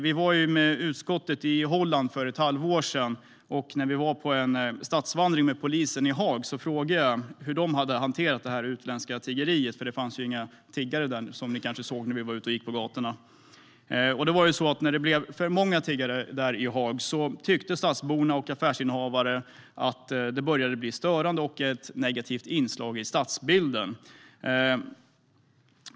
Vi var med utskottet i Holland för ett halvår sedan. När vi var på en stadsvandring med polisen i Haag frågade jag hur de hade hanterat det utländska tiggeriet. Det fanns nämligen inga tiggare där, som ni kanske såg när vi var ute och gick på gatorna. Det visade sig att när det blev för många tiggare hade stadsborna och affärsinnehavarna i Haag tyckt att det började bli störande och ett negativt inslag i stadsbilden.